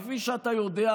כפי שאתה יודע,